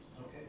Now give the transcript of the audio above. Okay